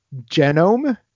genome